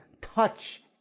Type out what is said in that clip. touch